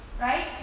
right